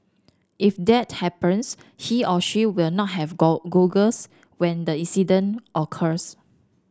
if that happens he or she will not have goggles when the incident occurs